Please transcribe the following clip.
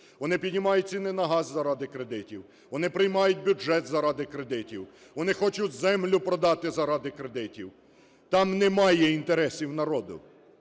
Вони піднімають ціни на газ заради кредитів, вони приймають бюджет заради кредитів. Вони хочуть землю продати заради кредитів, там немає інтересів народу,